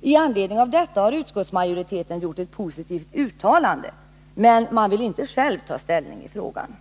I anledning av detta har utskottsmajoriteten gjort ett positivt uttalande men vill inte själv ta ställning i frågan.